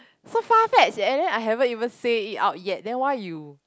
so far fetched then I haven't even say it out yet then why you